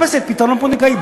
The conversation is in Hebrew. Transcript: היית מחפשת פתרון פונדקאי,